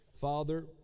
Father